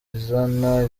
izana